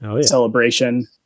celebration